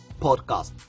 Podcast